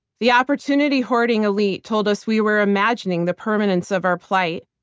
the opportunity hoarding elite told us we were imagining the permanence of our plight,